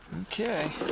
okay